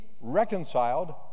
reconciled